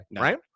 Right